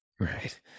Right